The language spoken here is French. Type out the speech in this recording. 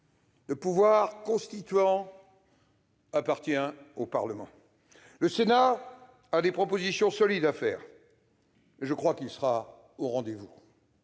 Le pouvoir constituant appartient au Parlement. Le Sénat a des propositions solides à faire ; je crois qu'il sera au rendez-vous.